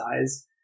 size